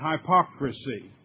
Hypocrisy